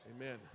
Amen